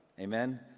Amen